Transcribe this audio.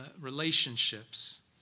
relationships